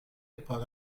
پاره